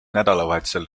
nädalavahetusel